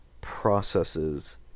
processes